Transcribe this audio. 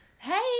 Hey